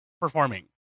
performing